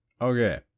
Okay